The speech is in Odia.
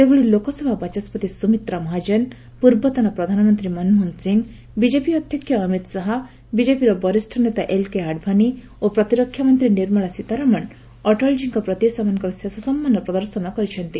ସେହିଭଳି ଲୋକସଭା ବାଚସ୍କତି ସୁମିତ୍ର ମହାଜନ ପୂର୍ବତନ ପ୍ରଧାନମନ୍ତ୍ରୀ ମନମୋହନ ସିଂହ ବିଜେପି ଅଧ୍ୟକ୍ଷ ଅମିତ ଶାହା ବିଜେପିର ବରିଷ୍ଠ ନେତା ଏଲକେ ଆଡଭାନୀ ଓ ପ୍ରତିରକ୍ଷାମନ୍ତ୍ରୀ ନିର୍ମଳା ସୀତାରମଣ ମଧ୍ୟ ଅଟଳଜୀଙ୍କ ପ୍ରତି ସେମାନଙ୍କର ସମ୍ମାନ ପ୍ରଦର୍ଶନ କରିଛନ୍ତି